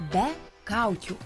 be kaukių